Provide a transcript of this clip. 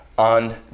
on